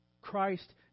Christ